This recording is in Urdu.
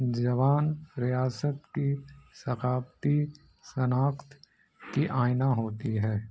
جوان ریاست کی ثقافتی شناخت کی آئنہ ہوتی ہے